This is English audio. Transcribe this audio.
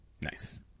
Nice